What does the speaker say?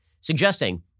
suggesting